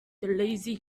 lazy